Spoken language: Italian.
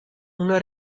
una